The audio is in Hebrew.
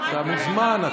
אתה מוזמן.